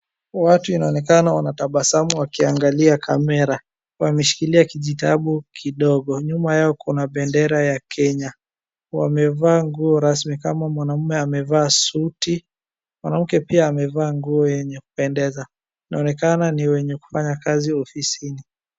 Watu inaonekana wanatabasamu wakiangalia kamera, wameshikilia kijitabu kidogo, nyuma yao kuna bendera ya Kenya, wamevaa nguo rasmi kama mwanaume amevaa suti, mwanamke pia amevaa nguo yenye kupendeza. Inaonekana ni wenye kufanya kazi ofisini.